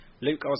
Luke